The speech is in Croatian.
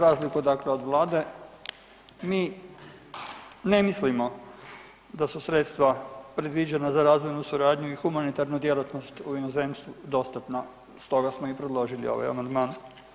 Za razliku dakle od Vlade, mi ne mislimo da su sredstva predviđena za razvojnu suradnju i humanitarnu djelatnost u inozemstvu dostatna, stoga smo i predložili ovaj amandman.